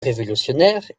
révolutionnaire